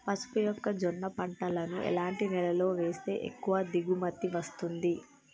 పసుపు మొక్క జొన్న పంటలను ఎలాంటి నేలలో వేస్తే ఎక్కువ దిగుమతి వస్తుంది?